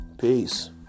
Peace